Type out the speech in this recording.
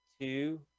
two